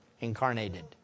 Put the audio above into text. incarnated